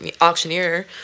auctioneer